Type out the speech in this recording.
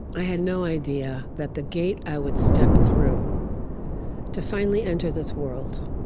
i had no idea that the gate i would step through to finally enter this world